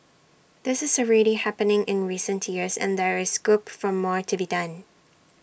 this is already happening in recent years and there is scope for more to be done